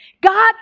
God